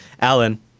alan